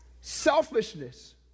selfishness